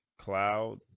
Cloud